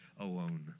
alone